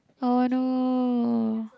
oh no